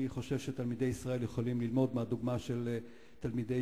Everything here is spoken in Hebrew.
אני חושב שתלמידי ישראל יכולים ללמוד מהדוגמה של תלמידי